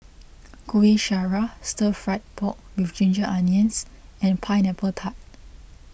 Kuih Syara Stir Fry Pork with Ginger Onions and Pineapple Tart